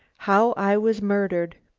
how i was murdered.